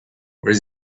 where